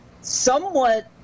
somewhat